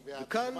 והוא כל כך עקום,